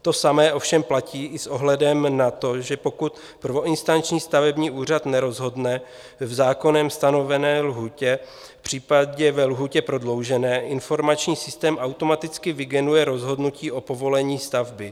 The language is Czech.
To samé ovšem platí i s ohledem na to, že pokud prvoinstanční stavební úřad nerozhodne v zákonem stanovené lhůtě, případně ve lhůtě prodloužené, informační systém automaticky vygeneruje rozhodnutí o povolení stavby.